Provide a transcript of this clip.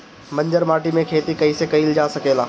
बंजर माटी में खेती कईसे कईल जा सकेला?